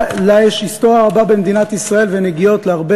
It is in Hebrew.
שיש לה היסטוריה רבה במדינת ישראל ונגיעות להרבה